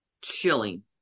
Chilling